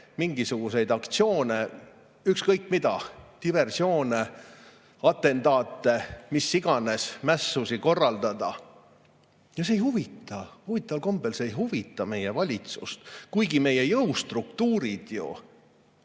mingisuguseid aktsioone – ükskõik mida, diversioone, atendaate, mässusid, mida iganes – korraldada. Ja see ei huvita, huvitaval kombel see ei huvita meie valitsust, kuigi meie jõustruktuurid ju